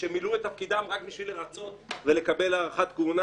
שמילאו את תפקידם רק כדי לרצות ולקבל הארכת כהונה.